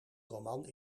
roman